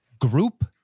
group